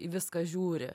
į viską žiūri